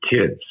kids